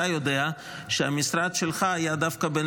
אתה יודע שהמשרד שלך היה דווקא בין